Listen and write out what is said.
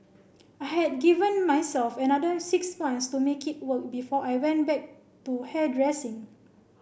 I had given myself another six months to make it work before I went back to hairdressing